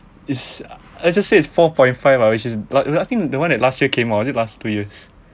is let's just say is four point five ah which is last I think the one that last year came out is it last two years